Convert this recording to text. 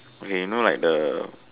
okay you know like the